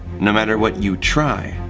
no matter what you try.